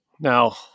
Now